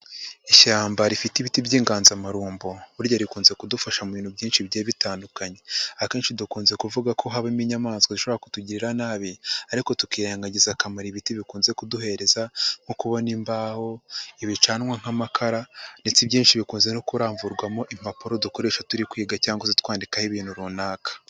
Ishyamba rifite ibiti by'inganzamarumbo, burya rikunze kudufasha mu bintu byinshi bigiye bitandukanye. Akenshi dukunze kuvuga ko habamo inyamaswa zishobora kutugirira nabi, ariko tukirengagiza akamaro ibiti bikunze kuduhereza, nko kubona imbaho, ibicanwa nk'amakara, ndetse ibyinshi bikunze no kuramvurwamo impapuro dukoresha turi kwiga, cyangwa se twandikaho ibintu runaka.